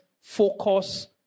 focus